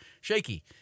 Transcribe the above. shaky